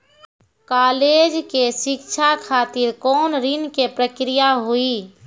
College के शिक्षा खातिर कौन ऋण के प्रक्रिया हुई?